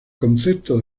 concepto